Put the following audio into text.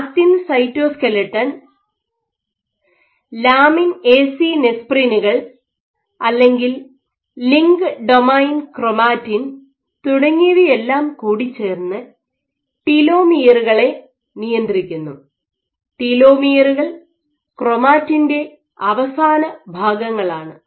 actin cytoskeleton lamin AC നെസ്പ്രിനുകൾ അല്ലെങ്കിൽ link domain chromatin actin cytoskeleton lamina AC nesprins or link domain chromatin തുടങ്ങിയവയെല്ലാം കൂടിച്ചേർന്ന് ടീലോമിയറുകളെ നിയന്ത്രിക്കുന്നു ടീലോമിയറുകൾ ക്രോമാറ്റിൻ്റെ അവസാന ഭാഗങ്ങളാണ്